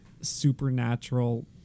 supernatural